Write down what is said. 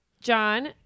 John